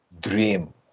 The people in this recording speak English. dream